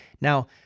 Now